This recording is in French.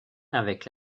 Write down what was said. avec